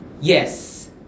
Yes